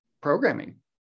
programming